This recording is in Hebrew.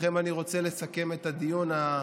ברשותכם אני רוצה לסכם את הדיון